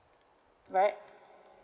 right